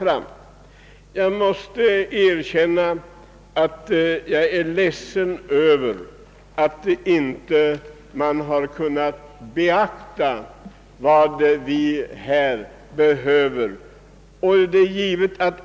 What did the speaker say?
Jag måste erkänna, att jag är ledsen över att statsmakterna hittills inte har kunnat beakta vad vi här behöver.